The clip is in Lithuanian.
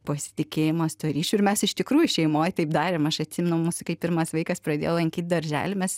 pasitikėjimas tuo ryšiu ir mes iš tikrųjų šeimoj taip darėm aš atsimenu mūsų kai pirmas vaikas pradėjo lankyt darželį mes